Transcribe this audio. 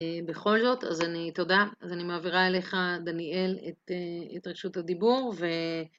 בכל זאת, אז אני... תודה. אז אני מעבירה אליך, דניאל, את רשות הדיבור, ו...